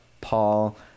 Paul